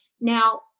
Now